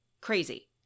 Crazy